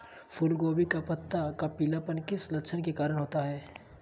फूलगोभी का पत्ता का पीलापन किस लक्षण के कारण होता है?